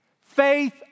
Faith